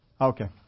Okay